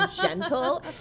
gentle